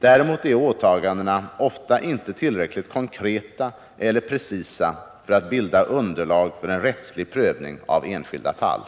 Däremot är åtagandena ofta inte tillräckligt konkreta eller precisa för att bilda underlag för en rättslig prövning av enskilda fall.